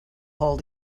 hold